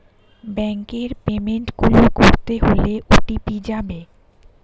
ব্যাংকের পেমেন্ট গুলো করতে হলে ও.টি.পি যাবে